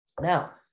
Now